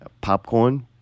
Popcorn